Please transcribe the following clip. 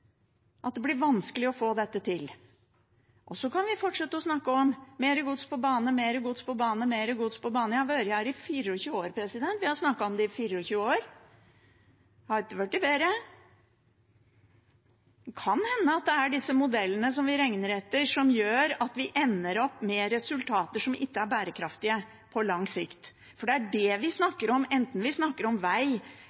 at det blir vanskelig å få det til. Så kan vi fortsette å snakke om mer gods på bane, mer gods på bane, mer gods på bane – jeg har vært her i 24 år. Vi har snakket om det i 24 år. Det har ikke blitt bedre. Det kan hende det er disse modellene som vi regner etter, som gjør at vi ender opp med resultater som ikke er bærekraftige på lang sikt. Det er det vi